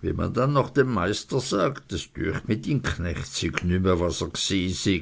wenn man dann noch dem meister sagt es düecht mi dy chnecht syg nümme was